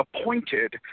appointed